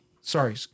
Sorry